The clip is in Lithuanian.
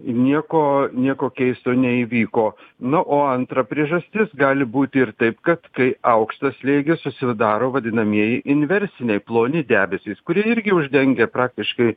nieko nieko keisto neįvyko na o antra priežastis gali būti ir taip kad kai aukštas slėgis susidaro vadinamieji inversiniai ploni debesys kurie irgi uždengia praktiškai